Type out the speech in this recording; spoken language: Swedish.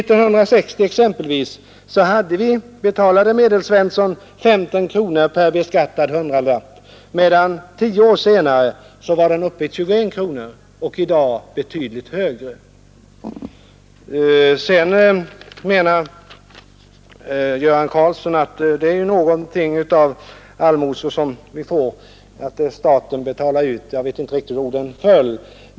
1960 betalade Medelsvensson 15 kronor per beskattad hundralapp, medan han tio år senare betalade 21 kronor och i dag betydligt mer. Göran Karlsson menar att det är något av en allmosa staten betalar ut till kommunerna — jag vet inte riktigt hur orden föll.